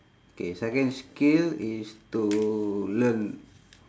K second skill is to learn